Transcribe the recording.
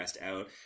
Out